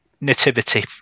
nativity